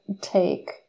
take